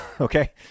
okay